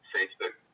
Facebook